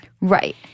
Right